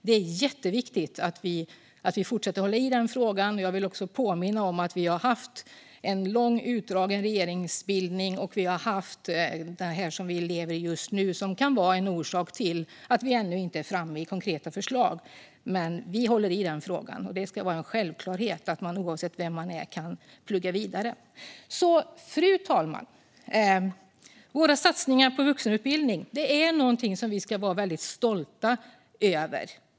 Det är viktigt att vi fortsätter att hålla i denna fråga. Den långa, utdragna regeringsbildningen och det vi lever i just nu kan vara en orsak till att vi ännu inte har fått fram konkreta förslag, men vi håller i denna fråga. Det ska vara en självklarhet att man oavsett vem man är ska kunna plugga vidare. Fru talman! Vi ska vara stolta över våra satsningar på vuxenutbildningen.